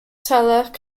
tarlac